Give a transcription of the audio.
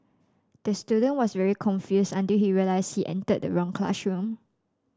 the student was very confused until he realised he entered the wrong classroom